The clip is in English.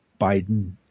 biden